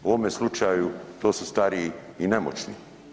U ovome slučaju to su stariji i nemoćni.